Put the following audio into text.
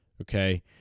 okay